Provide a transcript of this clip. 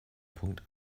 punkt